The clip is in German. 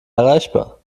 erreichbar